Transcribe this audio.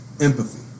empathy